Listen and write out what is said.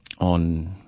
on